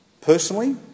personally